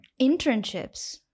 Internships